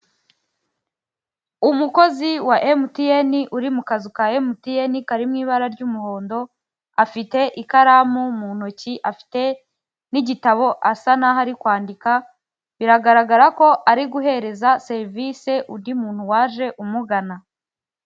Umukozi wa emutiyeni uri mu kazu ka emutiyeni karimo ibara ry'umuhondo afite ikaramu mu ntoki, afite n'igitabo asa naho ari kwandika, biragaragara ko ari guhereza serivisi undi muntu waje umugana.